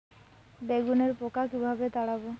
বেগুনের পোকা কিভাবে তাড়াব?